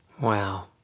Wow